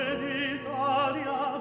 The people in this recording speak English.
d'Italia